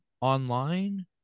online